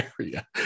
area